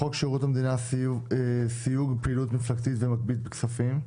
חוק שירות המדינה (סיוג פעילות מפלגתית ומגבית כספים).